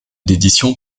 d’édition